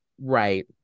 Right